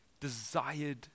desired